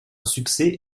succès